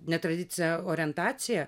netradicinę orientaciją